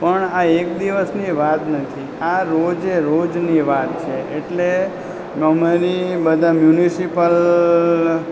પણ આ એક દિવસની વાત નથી આ રોજેરોજની વાત છે એટલે અમારી બધાં મ્યુનસિપાલ